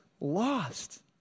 lost